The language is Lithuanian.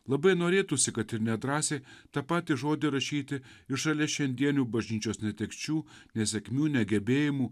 labai norėtųsi kad ir nedrąsiai ta pati žodį rašyti ir šalia šiandienių bažnyčios netekčių nesėkmių negebėjimu